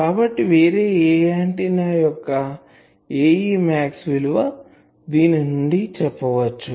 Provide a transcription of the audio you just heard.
కాబట్టి వేరే ఏ ఆంటిన్నా యొక్క Ae max విలువ దీని నుండి చెప్పవచ్చు